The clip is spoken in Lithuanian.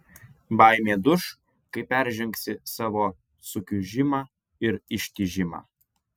baimė duš kai peržengsi savo sukiužimą ir ištižimą